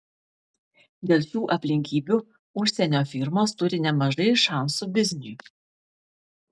dėl šių aplinkybių užsienio firmos turi nemažai šansų bizniui